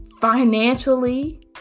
financially